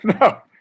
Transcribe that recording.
No